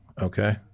okay